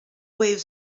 wave